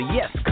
Yes